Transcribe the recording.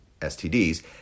STDs